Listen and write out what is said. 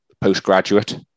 postgraduate